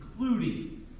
Including